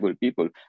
people